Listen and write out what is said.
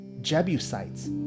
Jebusites